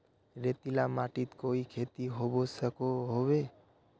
रेतीला माटित कोई खेती होबे सकोहो होबे?